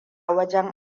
wajen